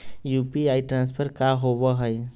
UPI transfer का होव हई?